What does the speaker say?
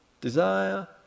desire